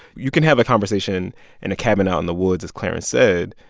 you can have a conversation in a cabin out in the woods, as clarence said.